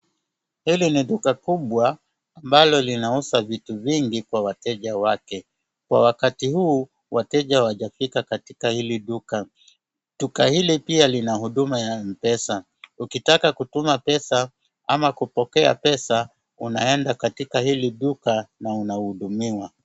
Hili ni duka kubwa ambalo linauza vitu vingi kwa wateja wake. Kwa wakati huu wateja hawajafika katika ili duka. Duka ili pia lina huduma ya M-pesa. Ukitaka kutuma pesa ama kupokea pesa unaenda katika ili duka na unahudumiwa.